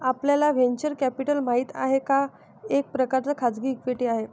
आपल्याला venture capital माहित आहे, हा एक प्रकारचा खाजगी इक्विटी आहे